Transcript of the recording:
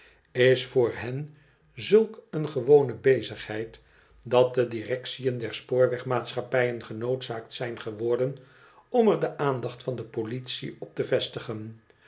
is voor hen zulk een gewone bezigheid dat de directiön der spoorwegmaatschappijen genoodzaakt zijn geworden om er de aandacht van de politie op te vestigen